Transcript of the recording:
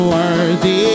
Worthy